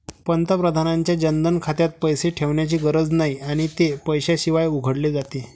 पंतप्रधानांच्या जनधन खात्यात पैसे ठेवण्याची गरज नाही आणि ते पैशाशिवाय उघडले जाते